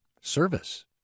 Service